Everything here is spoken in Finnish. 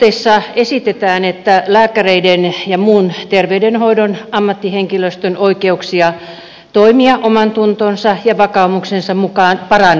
aloitteessa esitetään että lääkäreiden ja muun terveydenhoidon ammattihenkilöstön oikeuksia toimia omantuntonsa ja vakaumuksensa mukaan parannettaisiin